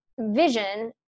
vision